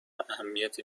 اهمیت